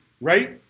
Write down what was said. right